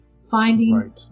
finding